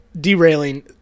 Derailing